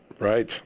Right